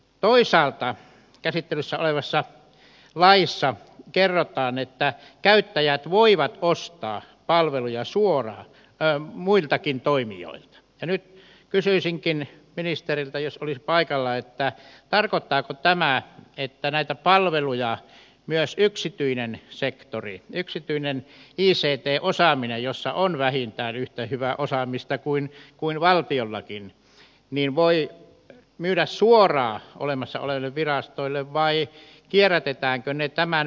toisaalta käsittelyssä olevassa laissa kerrotaan että käyttäjät voivat ostaa palveluja muiltakin toimijoilta ja nyt kysyisinkin ministeriltä jos olisi paikalla tarkoittaako tämä että näitä palveluja myös yksityinen sektori yksityinen ict osaaminen jossa on vähintään yhtä hyvää osaamista kuin valtiollakin voi myydä suoraan olemassa oleville virastoille vai kierrätetäänkö ne tämän välikäden kautta